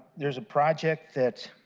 there is a project that